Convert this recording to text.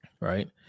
right